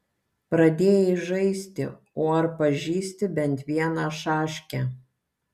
pradėjai žaisti o ar pažįsti bent vieną šaškę